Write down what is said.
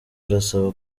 arasaba